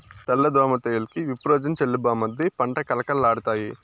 తెల్ల దోమ తెగులుకి విప్రోజిన్ చల్లు బామ్మర్ది పంట కళకళలాడతాయి